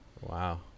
Wow